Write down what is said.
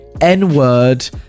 n-word